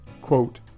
Quote